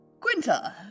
Quinta